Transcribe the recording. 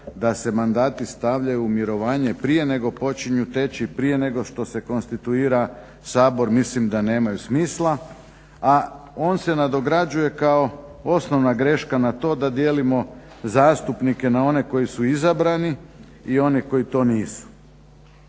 da se mandati stavljaju u mirovanje prije nego počinju teći, prije nego što se konstituira Sabor mislim da nemaju smisla a on se nadograđuje kao osnovna greška na to da dijelimo zastupnike na one koji su izabrani i one koji to nisu.